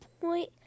point